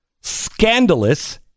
scandalous